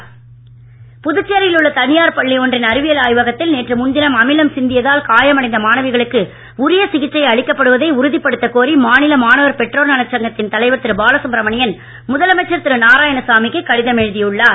கோரிக்கை புதுச்சேரியில் உள்ள தனியார் பள்ளி ஒன்றின் அறிவியல் ஆய்வகத்தில் நேற்று முன் தினம் அமிலம் சிந்தியதால் காயம் அடைந்த மாணவிகளுக்கு உரிய சிகிச்சை அளிக்கப்படுவதை உறுதிப்படுத்தக் கோரி மாநில மாணவர் பெற்றோர் நலச் சங்கத்தின் தலைவர் திரு பாலசுப்பிரமணியன் முதலமைச்சர் திரு நாராயணசாமிக்கு கடிதம் எழுதி உள்ளார்